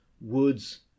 woods